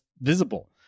visible